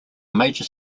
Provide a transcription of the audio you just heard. major